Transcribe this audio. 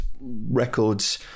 records